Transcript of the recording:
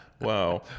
Wow